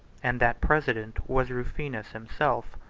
and that president was rufinus himself.